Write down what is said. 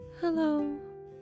Hello